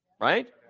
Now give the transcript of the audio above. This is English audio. right